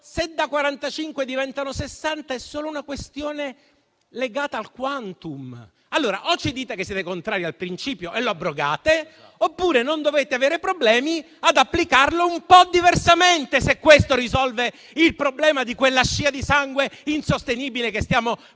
sessanta, è solo una questione legata al *quantum*. Allora, o ci dite che siete contrari al principio e lo abrogate, oppure non dovete avere problemi ad applicarlo un po' diversamente, se questo risolve il problema di quella scia di sangue insostenibile che ci stiamo portando